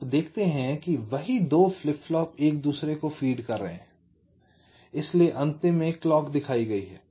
आप देखते हैं कि वही 2 फ्लिप फ्लॉप एक दूसरे को फीड कर रहे हैं इसलिए अंतिम में क्लॉक दिखाई गयी है